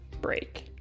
break